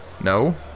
No